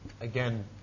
Again